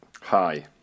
Hi